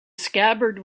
scabbard